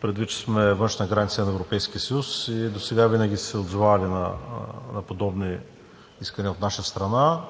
предвид че сме външна граница на Европейския съюз и досега винаги са се отзовавали на подобни искания от наша страна?